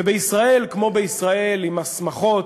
ובישראל, כמו בישראל, עם השמחות,